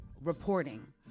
reporting